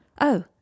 Oh